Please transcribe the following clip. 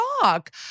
talk